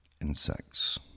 insects